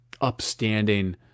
upstanding